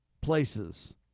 places